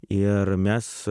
ir mes